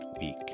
week